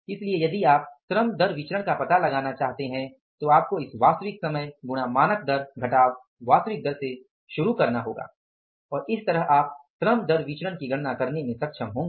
इसलिए यदि आप श्रम दर विचरण का पता लगाना चाहते हैं तो आपको इस वास्तविक समय गुणा मानक दर घटाव वास्तविक दर से शुरू करना होगा और इस तरह आप श्रम दर विचरण की गणना करने में सक्षम होंगे